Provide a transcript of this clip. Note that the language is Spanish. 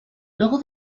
luego